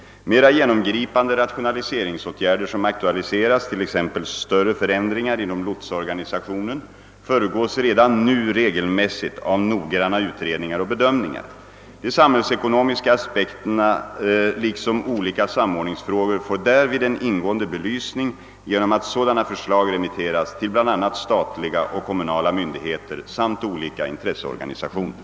Mera genomgripande rationaliseringsåtgärder som aktualiseras — t.ex. större förändringar inom lotsorganisationen — föregås redan nu regelmässigt av noggranna utredningar och bedömningar. De samhällsekonomiska aspekterna liksom olika samordningsfrågor får därvid en ingående belysning ge nom att sådana förslag remitteras till bl.a. statliga och kommunala myndigheter samt olika intresseorganisationer.